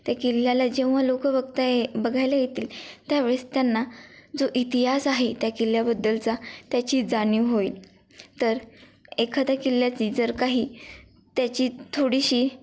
त्या किल्ल्याला जेव्हा लोकं बघत आहे बघायला येतील त्यावेळेस त्यांना जो इतिहास आहे त्या किल्ल्याबद्दलचा त्याची जाणीव होईल तर एखाद्या किल्ल्याची जर काही त्याची थोडीशी